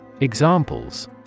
Examples